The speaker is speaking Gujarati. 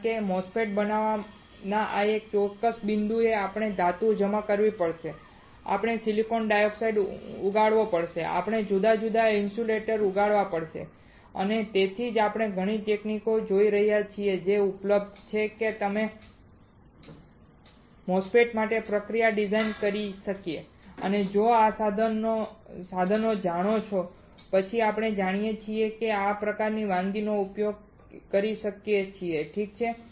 કારણ કે MOSFET બનાવવાના ચોક્કસ બિંદુએ આપણે ધાતુ જમા કરવી પડશે આપણે સિલિકોન ડાયોક્સાઈડ ઉગાડવો પડશે આપણે જુદા જુદા ઇન્સ્યુલેટર ઉગાડવા પડશે અને તેથી જ આપણે ઘણી તકનીકો જોઈ રહ્યા છીએ જે ઉપલબ્ધ છે કે અમે MOSFET માટે પ્રક્રિયા ડિઝાઇન કરી શકીએ અને જો તમે આ સાધનો જાણો છો પછી આપણે જાણીએ છીએ કે આપણે કઈ પ્રકારની વાનગીઓનો ઉપયોગ કરી શકીએ છીએ ઠીક છે